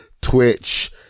Twitch